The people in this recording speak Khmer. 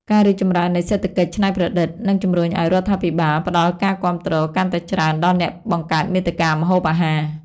ការរីកចម្រើននៃសេដ្ឋកិច្ចច្នៃប្រឌិត នឹងជំរុញឱ្យរដ្ឋាភិបាលផ្តល់ការគាំទ្រកាន់តែច្រើនដល់អ្នកបង្កើតមាតិកាម្ហូបអាហារ។